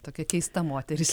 tokia keista moteris